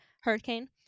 hurricane